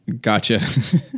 Gotcha